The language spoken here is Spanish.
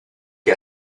que